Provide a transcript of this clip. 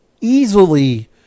easily